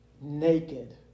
naked